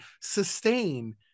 sustain